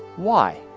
why?